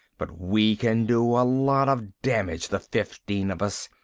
but we can do a lot of damage, the fifteen of us.